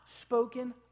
spoken